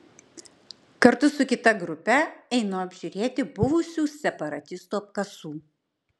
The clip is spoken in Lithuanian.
kartu su kita grupe einu apžiūrėti buvusių separatistų apkasų